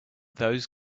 those